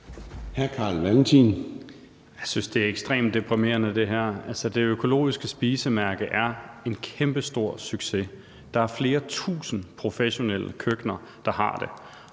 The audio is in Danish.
Jeg synes, at det her er ekstremt deprimerende. Det Økologiske Spisemærke er en kæmpestor succes. Der er flere tusind professionelle køkkener, der har det,